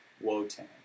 Wotan